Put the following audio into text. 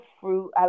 fruit